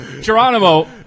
Geronimo